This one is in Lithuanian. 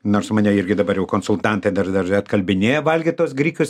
nors mane irgi dabar jau konsultantė dar dar atkalbinėja valgyt tuos grikius